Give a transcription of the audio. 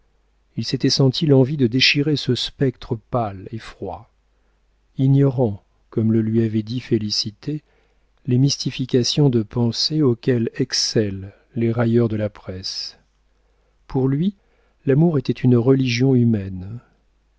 il s'était senti l'envie de déchirer ce spectre pâle et froid ignorant comme le lui avait dit félicité les mystifications de pensée auxquelles excellent les railleurs de la presse pour lui l'amour était une religion humaine